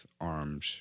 armed